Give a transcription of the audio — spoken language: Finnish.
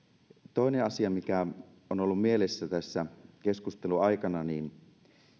toinen asia mikä on ollut mielessä tässä keskustelun aikana niin